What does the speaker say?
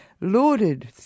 lauded